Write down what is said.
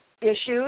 issues